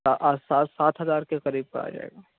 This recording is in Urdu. سات سات ہزار کے قریب کا آ جائے گا